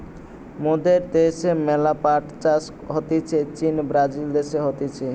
মোদের দ্যাশে ম্যালা পাট চাষ হতিছে চীন, ব্রাজিল দেশে হতিছে